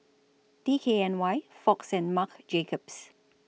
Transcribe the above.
D K N Y Fox and Marc Jacobs